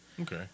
Okay